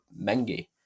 mengi